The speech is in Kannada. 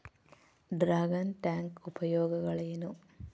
ಡ್ರಾಗನ್ ಟ್ಯಾಂಕ್ ಉಪಯೋಗಗಳೇನು?